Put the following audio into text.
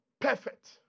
perfect